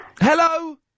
Hello